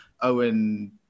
Owen